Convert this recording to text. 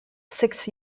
six